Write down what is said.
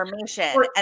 information